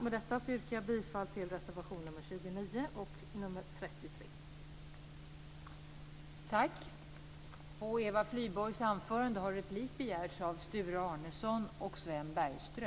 Med detta yrkar jag bifall till reservationerna 29 och 33.